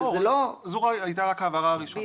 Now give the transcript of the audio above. זו הייתה ההבהרה הראשונה.